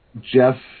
Jeff